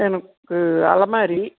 எனக்கு அலமாரி